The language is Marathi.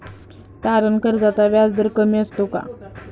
तारण कर्जाचा व्याजदर कमी असतो का?